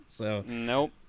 Nope